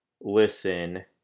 listen